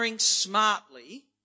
smartly